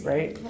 Right